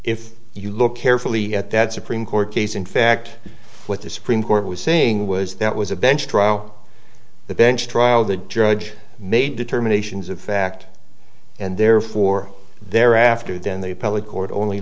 if you look carefully at that supreme court case in fact what the supreme court was saying was that was a bench trial the bench trial the judge made determinations of fact and therefore thereafter then the appellate court only